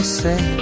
say